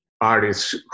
artists